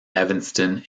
evanston